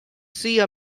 sea